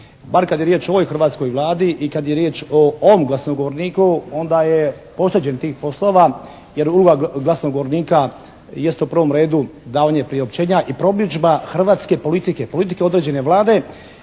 Bar kad je riječ o ovoj hrvatskoj Vladi i kad je riječ o ovom glasnogovorniku onda je pošteđen tih poslova, jer uloga glasnogovornika jest u prvom redu davanje priopćenja i promidžba hrvatske politike, politike određene Vlade